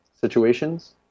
situations